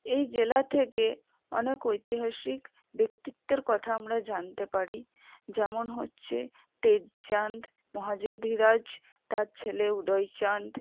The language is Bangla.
এই জেলা থেকে অনেক ঐতিহাসিক ব্যক্তিত্বের কথা আমরা জানতে পারি যেমন হচ্ছে তেজচাঁদ মহারাজাধিরাজ তার ছেলে উদয়চাঁদ